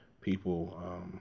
people